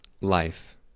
Life